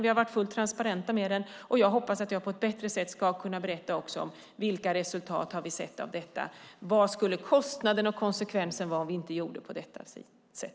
Vi har varit fullt transparenta med den. Jag hoppas att jag på ett bättre sätt ska kunna berätta om vilka resultat vi har sett av detta och vad kostnaden och konsekvensen skulle vara om vi inte gjorde på detta sätt.